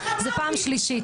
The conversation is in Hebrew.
זה פעם שלישית.